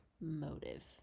motive